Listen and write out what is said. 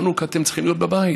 חנוכה, אתם צריכים להיות בבית.